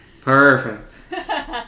Perfect